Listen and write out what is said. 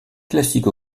classique